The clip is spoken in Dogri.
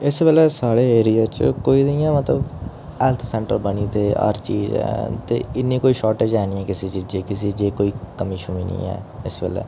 इस बेल्लै साढ़े एरिये च कोई निं ऐ मतलब हैल्थ सेंटर बनी गेदे हर चीज ऐ ते इन्नी कोई शार्टेज है निं किसै चीज दी जे कोई कमी शमी निं है इस बेल्लै